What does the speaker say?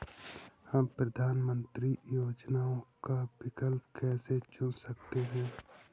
हम प्रधानमंत्री योजनाओं का विकल्प कैसे चुन सकते हैं?